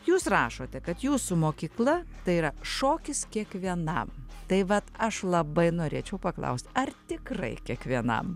jūs rašote kad jūsų mokykla tai yra šokis kiekvienam tai vat aš labai norėčiau paklaust ar tikrai kiekvienam